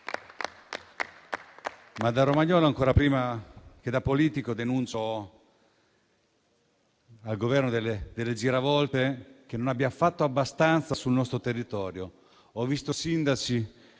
Da romagnolo, ancora prima che da politico, denuncio che il Governo delle giravolte non ha fatto abbastanza sul nostro territorio.